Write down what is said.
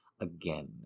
again